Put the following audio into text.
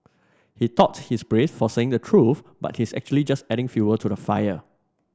he thought he's brave for saying the truth but he's actually just adding fuel to the fire